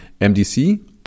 mdc